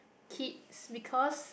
kids because